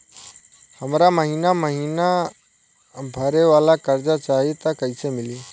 हमरा महिना महीना भरे वाला कर्जा चाही त कईसे मिली?